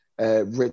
Rich